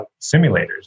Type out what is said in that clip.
simulators